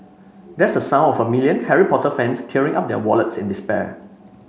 that's the sound of a million Harry Potter fans tearing up their wallets in despair